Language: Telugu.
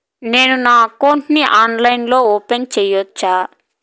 నేను నా అకౌంట్ ని ఆన్లైన్ లో ఓపెన్ సేయొచ్చా?